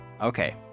Okay